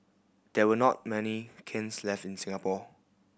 there were not many kilns left in Singapore